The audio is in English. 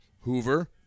Hoover